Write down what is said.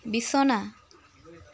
বিছনা